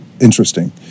Interesting